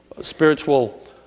spiritual